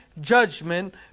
judgment